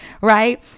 right